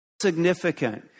Significant